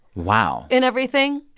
wow. in everything.